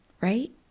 right